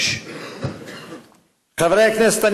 חברי הכנסת,